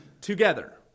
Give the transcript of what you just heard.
together